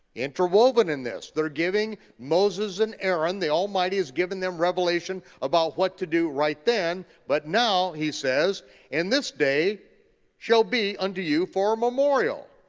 interwoven in this. they're giving moses and aaron, the almighty is giving them revelation about what to do right then, but now he says and this day shall be unto you for a memorial.